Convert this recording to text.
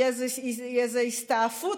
היא איזו הסתעפות,